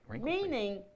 Meaning